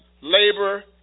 labor